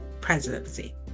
presidency